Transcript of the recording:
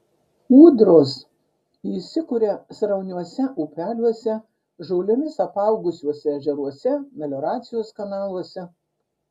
ūdros įsikuria srauniuose upeliuose žolėmis apaugusiuose ežeruose melioracijos kanaluose